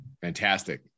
Fantastic